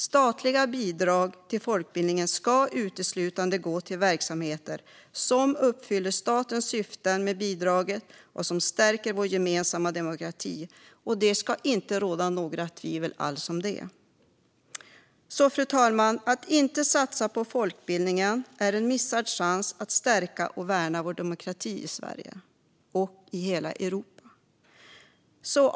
Statliga bidrag till folkbildningen ska uteslutande gå till verksamheter som uppfyller statens syften med bidraget och som stärker vår gemensamma demokrati. Om det ska det inte råda några tvivel alls. Fru talman! Att inte satsa på folkbildningen är att missa en chans att stärka och värna demokratin i Sverige - och i hela Europa.